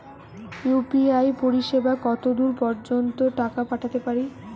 UPI পরিসেবা কতদূর পর্জন্ত টাকা পাঠাতে পারি?